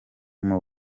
muri